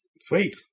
Sweet